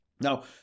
Now